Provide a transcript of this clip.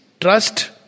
trust